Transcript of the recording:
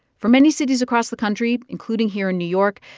for many cities across the country, including here in new york,